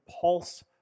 pulse